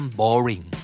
boring